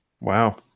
Wow